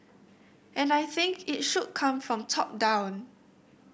and I think it should come from top down